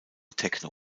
techno